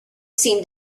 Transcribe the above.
seemed